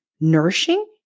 nourishing